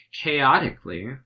chaotically